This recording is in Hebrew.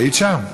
היית שם?